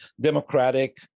democratic